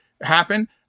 happen